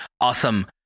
Awesome